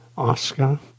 Oscar